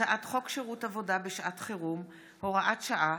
הצעת חוק שירות עבודה בשעת חירום (הוראת שעה,